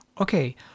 Okay